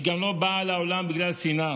היא גם לא באה לעולם בגלל שנאה.